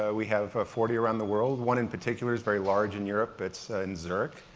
ah we have forty around the world. one in particular is very large in europe, it's in zurich,